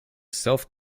self